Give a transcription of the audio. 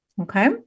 okay